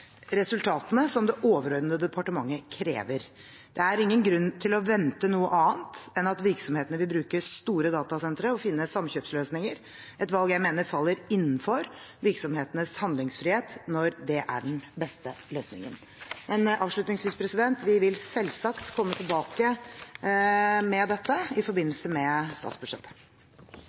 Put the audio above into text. resultatene som det overordnede departementet krever. Det er ingen grunn til å vente noe annet enn at virksomhetene vil bruke store datasentre og finne samkjøpsløsninger – et valg jeg mener faller innenfor virksomhetenes handlingsfrihet når det er den beste løsningen. Avslutningsvis vil vi selvsagt komme tilbake med dette i